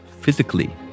physically